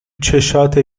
چشاته